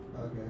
okay